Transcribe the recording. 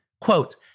Quote